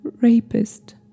Rapist